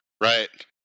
right